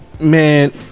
man